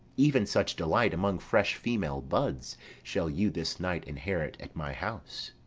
even such delight among fresh female buds shall you this night inherit at my house.